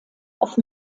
auf